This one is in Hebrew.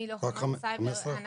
מלוחמות הסייבר.